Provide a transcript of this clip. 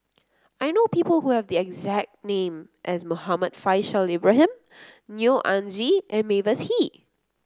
I know people who have the exact name as Muhammad Faishal Ibrahim Neo Anngee and Mavis Hee